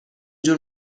جور